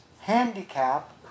handicap